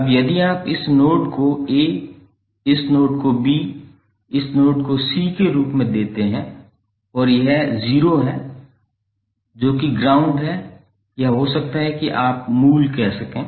अब यदि आप इस नोड को a इस नोड को b इस नोड को c के रूप में देते हैं और यह o है जो कि ग्राउंड है या हो सकता है कि आप मूल कह सकें